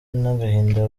n’agahinda